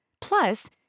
Plus